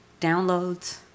downloads